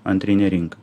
antrinė rinka